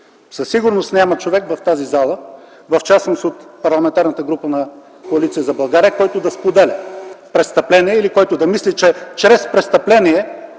Със сигурност няма човек в тази зала, в частност от Парламентарната група на Коалиция за България, който да споделя - престъпление, или който да мисли, че чрез престъпление